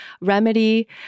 remedy